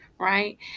right